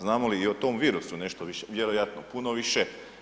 Znamo li i o tom virusu nešto više, vjerojatno puno više.